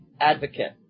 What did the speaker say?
advocate